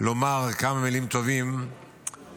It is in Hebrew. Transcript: לומר כמה מילים טובות על